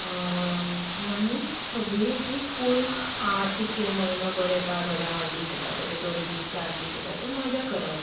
आनी सगळीं अशीं फूल आठ कितके म्हयनो भर येतात थोडे आठ दीस येतात थोडे दोन दीस चार दीस येता ते मजा करप